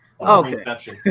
okay